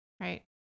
right